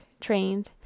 trained